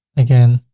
again,